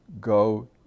Go